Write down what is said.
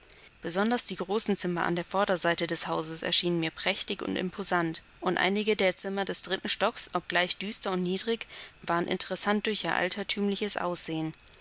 besonders die großen zimmer an der vorderseite des hauses erschienen mir prächtig und imposant und einige der zimmer des dritten stocks obgleich düster und niedrig waren interessant durch ihr altertümliches